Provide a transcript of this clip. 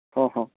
হ্যাঁ হ্যাঁ